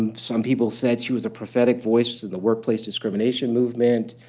and some people said she was a prophetic voice to the workplace discrimination movement.